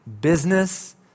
business